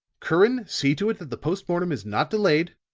curran, see to it that the post-mortem is not delayed.